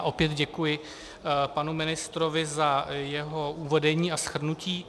Opět děkuji panu ministrovi za jeho uvedení a shrnutí.